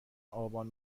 آبان